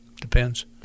depends